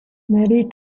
mary